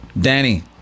Danny